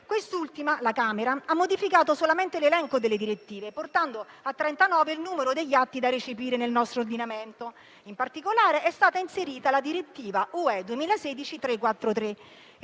marzo 2021. La Camera ha modificato solamente l'elenco delle direttive, portando a 39 il numero degli atti da recepire nel nostro ordinamento. In particolare, è stata inserita la direttiva (UE) 2016/343,